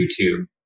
YouTube